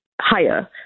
higher